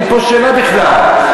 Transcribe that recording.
אין פה שאלה בכלל,